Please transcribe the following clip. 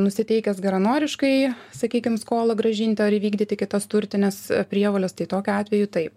nusiteikęs geranoriškai sakykim skolą grąžinti ar įvykdyti kitas turtines prievoles tai tokiu atveju taip